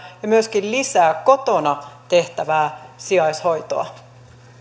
ja myöskin lisää kotona tehtävää sijaishoitoa